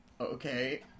Okay